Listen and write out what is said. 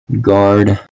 guard